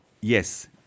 yes